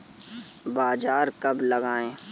बाजरा कब लगाएँ?